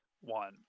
one